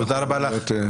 תודה רבה לך.